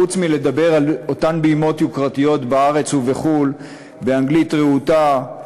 חוץ מלדבר מעל אותן בימות יוקרתיות בארץ ובחו"ל באנגלית רהוטה,